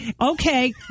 okay